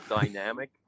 dynamic